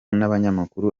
n’abanyamakuru